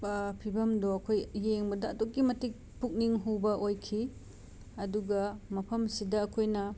ꯐꯤꯕꯝꯗꯨ ꯑꯩꯈꯣꯏ ꯌꯦꯡꯕꯗ ꯑꯗꯨꯛꯀꯤ ꯃꯇꯤꯛ ꯄꯨꯛꯅꯤꯡ ꯍꯨꯕ ꯑꯣꯏꯈꯤ ꯑꯗꯨꯒ ꯃꯐꯝ ꯁꯤꯗ ꯑꯩꯈꯣꯏꯅ